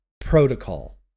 protocol